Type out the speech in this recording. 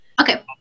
okay